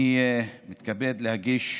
אני מתכבד להגיש